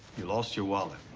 you lost your wallet.